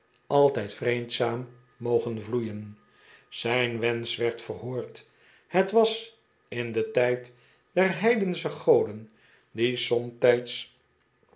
altijd vreedzaam mochten vloeien zijn wensch werd verhoord het was in den tijd der heidensche goden die